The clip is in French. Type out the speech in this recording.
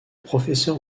professeur